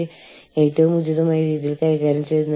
കൂടാതെ അവർ എല്ലാത്തരം വിവരങ്ങളും കൈകാര്യം ചെയ്യുന്നു